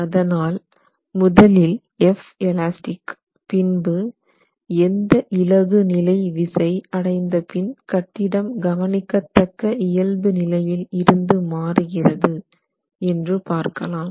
அதனால் முதலில் F elastic பின்பு எந்த இளகு நிலை விசை அடைந்த பின் கட்டிடம் கவனிக்கத்தக்க இயல்பு நிலையில் இருந்து மாறுகிறது என்று பார்க்கலாம்